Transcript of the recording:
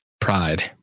Pride